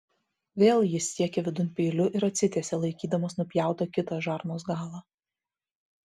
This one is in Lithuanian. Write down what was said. vėl jis siekė vidun peiliu ir atsitiesė laikydamas nupjautą kitą žarnos galą